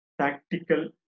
tactical